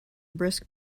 brisk